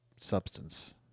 substance